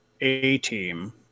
A-team